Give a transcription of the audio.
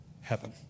heaven